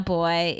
Boy